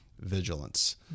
vigilance